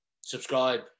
subscribe